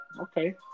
Okay